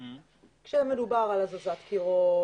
כאשר מדובר על הזזת קירות,